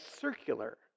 circular